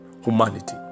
humanity